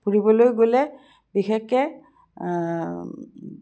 ফুৰিবলৈ গ'লে বিশেষকৈ